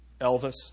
Elvis